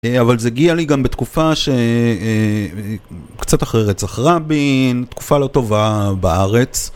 אבל זה הגיע לי גם בתקופה ש... קצת אחרי רצח רבין, תקופה לא טובה בארץ.